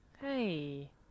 hey